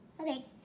Okay